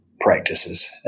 practices